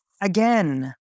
again